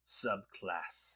subclass